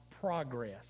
progress